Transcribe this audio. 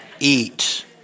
eat